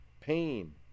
pain